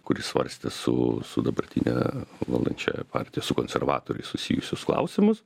kuri svarstė su su dabartine valdančiąja partija su konservatoriais susijusius klausimus